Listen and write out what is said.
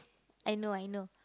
I know I know